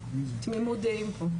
תמימות דעים פה.